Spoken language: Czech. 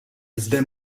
zde